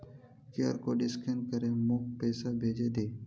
QR code scan करे मोक पैसा भेजे दे